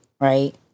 Right